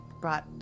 brought